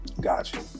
gotcha